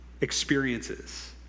experiences